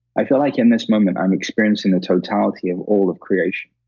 i feel like in this moment, i'm experiencing the totality of all of creation,